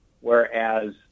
whereas